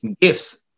Gifts